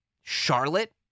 Charlotte